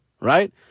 right